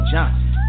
Johnson